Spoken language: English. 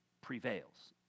prevails